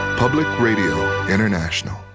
public radio international